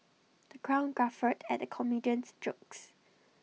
the crowd guffawed at the comedian's jokes